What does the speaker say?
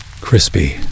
crispy